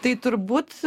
tai turbūt